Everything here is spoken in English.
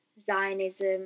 Zionism